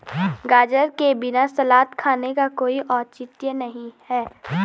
गाजर के बिना सलाद खाने का कोई औचित्य नहीं है